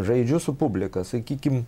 žaidžiu su publika sakykim